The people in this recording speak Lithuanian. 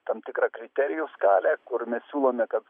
tam tikrą kriterijaus skalę kur mes siūlome kad